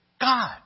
God